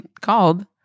called